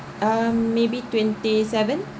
um maybe twenty-seven